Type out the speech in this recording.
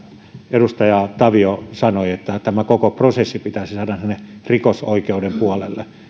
edustaja tavio sanoi että tämä koko prosessi pitäisi saada tänne rikosoikeuden puolelle